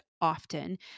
often